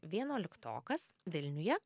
vienuoliktokas vilniuje